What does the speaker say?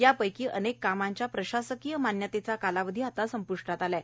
या पैकी अनेक कामांच्या प्रशासकीय मान्यतेचा कालावधीत संप्ष्टात आला आहे